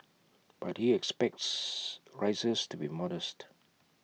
but he expects rises to be modest